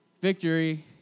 Victory